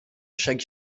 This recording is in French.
chaque